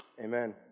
amen